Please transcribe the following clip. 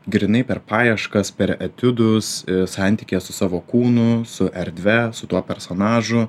grynai per paieškas per etiudus santykyje su savo kūnu su erdve su tuo personažu